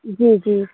جی جی